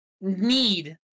need